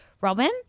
Robin